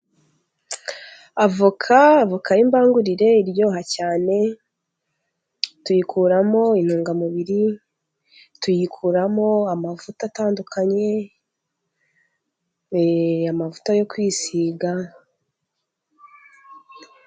Avoka : Avoka y'imbangurire iryoha cyane, tuyikuramo intungamubiri, tuyikuramo amavuta atandukanye, amavuta yo kwisiga.